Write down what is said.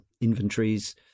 inventories